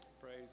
Praise